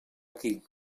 aquí